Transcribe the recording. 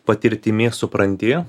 patirtimi supranti